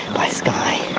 by sky and